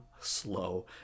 slow